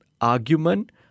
argument